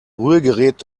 rührgerät